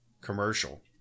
commercial